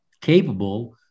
capable